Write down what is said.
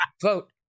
vote